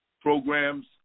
programs